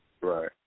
right